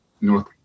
North